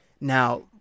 Now